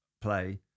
play